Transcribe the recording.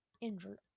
injured